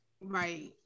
Right